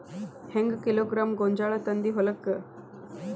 ಹೆಂಗ್ ಕಿಲೋಗ್ರಾಂ ಗೋಂಜಾಳ ತಂದಿ ಹೊಲಕ್ಕ?